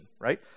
right